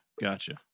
Gotcha